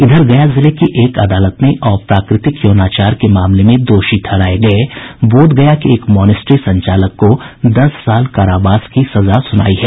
इधर गया जिले की एक अदालत ने अप्राकृतिक यौनाचार के मामले में दोषी ठहराये गये बोधगया के एक मॉनेस्ट्री संचालक को दस साल कारावास की सजा सुनायी है